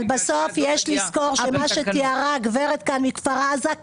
אבל בסוף יש לזכור שמה שתיארה הגברת כאן מכפר עזה,